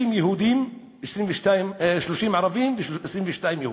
30 ערבים, 22 יהודים.